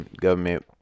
government